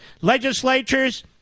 legislatures